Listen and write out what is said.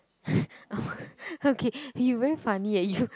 okay you very funny eh you